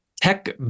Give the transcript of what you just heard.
tech